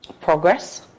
progress